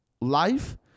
life